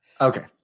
Okay